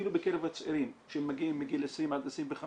אפילו בקרב הצעירים שמגיעים מגיל 20 עד 25